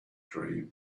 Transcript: dream